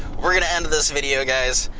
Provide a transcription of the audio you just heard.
we're gonna end this video guys.